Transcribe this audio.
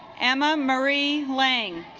emma marie lange